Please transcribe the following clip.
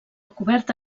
coberta